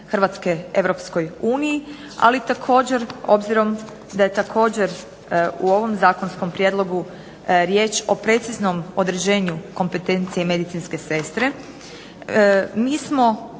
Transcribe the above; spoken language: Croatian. Hrvatske Europskoj uniji, ali također obzirom da je također u ovom zakonskom prijedlogu riječ o preciznom određenju kompetencije medicinske sestre mi smo